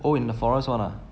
oh in a forest [one] ah